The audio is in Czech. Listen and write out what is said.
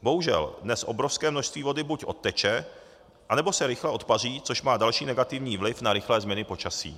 Bohužel dnes obrovské množství vody buď odteče, nebo se rychle odpaří, což má další negativní vliv na rychlé změny počasí.